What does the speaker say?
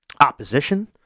opposition